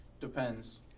Depends